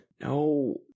No